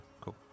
Cool